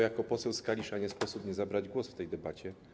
Jako poseł z Kalisza nie mogę nie zabrać głosu w tej debacie.